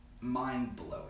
mind-blowing